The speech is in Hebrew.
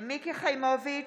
אינו נוכח מיקי חיימוביץ'